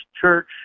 church